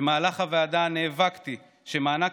במהלך ישיבת הוועדה נאבקתי כדי שמענק